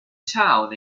town